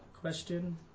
question